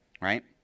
Right